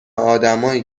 آدمایی